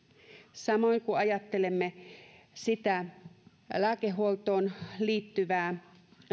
samoin ajattelemme lääkehuoltoon liittyvää